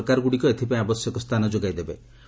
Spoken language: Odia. ରାଜ୍ୟ ସରକାରଗୁଡ଼ିକ ଏଥିପାଇଁ ଆବଶ୍ୟକ ସ୍ଥାନ ଯୋଗାଇ ଦେବ